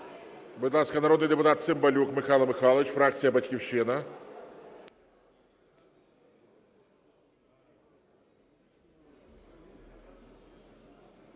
Будь ласка, народний депутат Цимбалюк Михайло Михайлович, фракція "Батьківщина".